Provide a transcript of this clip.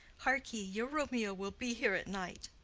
hark ye, your romeo will be here at night.